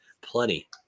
plenty